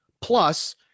plus